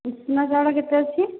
ଉଷୁନା ଚାଉଳ କେତେ ଅଛି